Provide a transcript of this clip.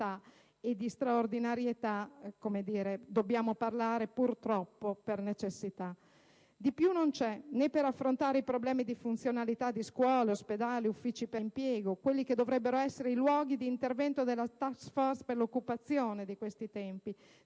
e di straordinarietà dobbiamo parlare, purtroppo e per necessità. Di più non c'è, né per affrontare i problemi di funzionalità di scuole, ospedali, uffici per l'impiego - quelli che dovrebbero essere il luogo di intervento della *task force* per l'occupazione di questi tempi!